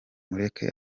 mureke